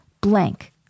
blank